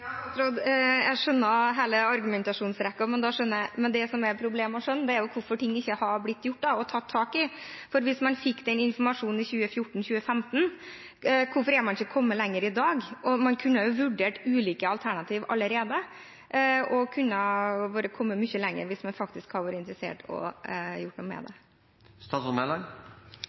Ja, jeg skjønner hele argumentasjonsrekken, men det som er problematisk å skjønne, er hvorfor ikke ting har blitt gjort og tatt tak i. Hvis man fikk denne informasjonen i 2014–2015, hvorfor er man ikke kommet lenger i dag? Man kunne jo vurdert ulike alternativ allerede og kunne kommet mye lenger hvis man faktisk hadde vært interessert i å gjøre noe med